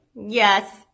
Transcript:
yes